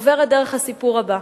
עוברת דרך הסיפור הבא: